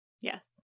Yes